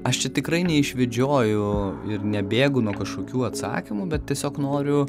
aš čia tikrai neišvedžioju ir nebėgu nuo kažkokių atsakymų bet tiesiog noriu